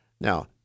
now